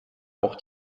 auch